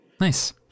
nice